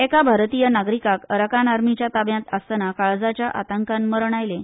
एका भारतीय नागरिकाक अराकान आर्मीच्या ताब्यांत आसतना काळजाच्या आताकान मरण आयलें